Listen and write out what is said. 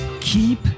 keep